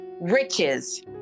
riches